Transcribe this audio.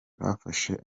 bafashe